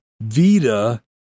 Vita